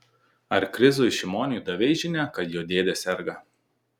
ar krizui šimoniui davei žinią kad jo dėdė serga